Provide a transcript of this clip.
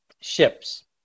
ships